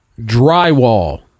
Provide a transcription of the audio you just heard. Drywall